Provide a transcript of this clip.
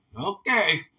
Okay